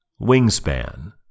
Wingspan